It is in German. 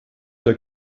der